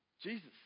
Jesus